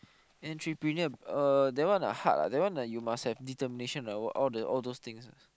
entrepreneur uh that one ah hard ah you must have determination and all the all those things ah